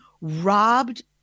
robbed